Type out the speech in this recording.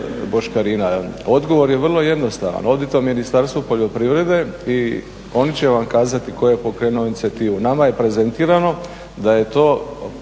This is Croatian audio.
boškarina? Odgovor je vrlo jednostavan, odite u Ministarstvo poljoprivrede i oni će vam kazati tko je pokrenuo inicijativu. Nama je prezentirano da je to,